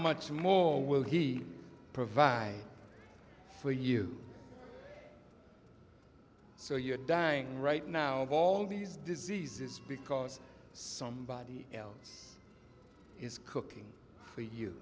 much more will he provide for you so you're dying right now all these diseases because somebody else is cooking